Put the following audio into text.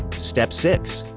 step six.